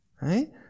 Right